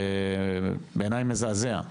בעיניי מזעזע.